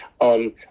on